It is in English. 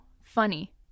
funny